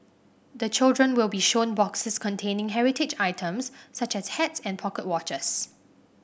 the children will be shown boxes containing heritage items such as hats and pocket watches